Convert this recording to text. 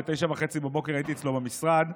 ב-09:30 הייתי אצלו במשרד.